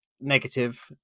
negative